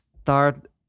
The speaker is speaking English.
start